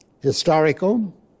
historical